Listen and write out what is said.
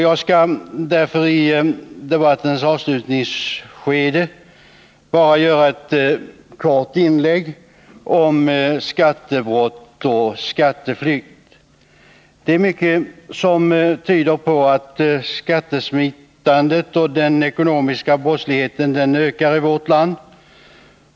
Jag skall därför nu, i debattens avslutningsskede, bara göra ett kort inlägg om skattebrott och skatteflykt. Mycket tyder på att skattesmitandet och den ekonomiska brottsligheten ökar i vårt land.